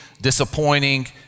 disappointing